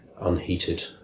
unheated